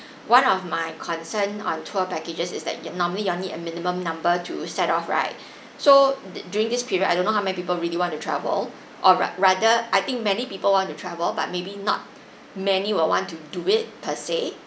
one of my concern on tour packages is that you normally you all need a minimum number to set off right so d~ during this period I don't know how many people really want to travel or ra~ rather I think many people want to travel but maybe not many will want to do it per se